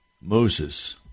Moses